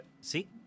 See